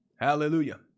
Hallelujah